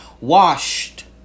washed